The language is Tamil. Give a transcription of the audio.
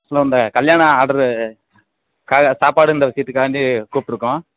ஹலோ அந்த கல்யாண ஆட்ரு க சாப்பாடு இந்த விஷயத்துக்காண்டி கூப்பிட்டுருக்கோம்